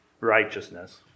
righteousness